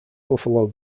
buffalo